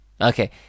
Okay